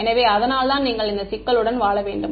எனவே அதனால்தான் நீங்கள் இந்த சிக்கலுடன் வாழ வேண்டும்